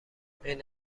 این